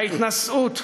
ההתנשאות,